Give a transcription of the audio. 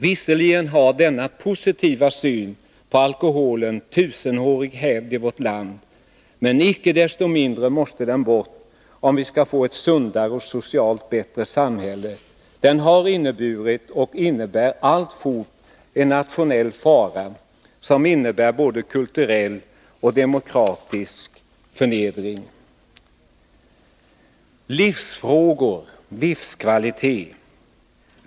Visserligen har denna positiva syn på alkoholen tusenårig hävd i vårt land, men icke desto mindre måste den bort, om vi skall få ett sundare och socialt bättre samhälle. Den har inneburit och innebär alltfort en nationell fara, som för med sig både kulturell och demokratisk förnedring. Livsfrågor— livskvalitet.